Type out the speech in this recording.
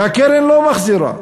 והקרן לא מחזירה.